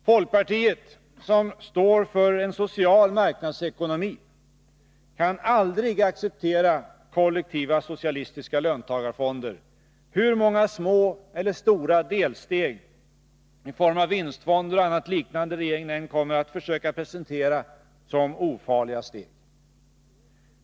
Folkpartiet som står för en social marknadsekonomi kan aldrig acceptera kollektiva socialistiska löntagarfonder, hur många små eller stora delsteg i form av vinstfonder och annat liknande regeringen än kommer att försöka presentera som ofarliga steg.